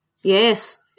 yes